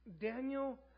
Daniel